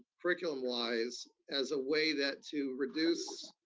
curriculum-wise as a way that to reduce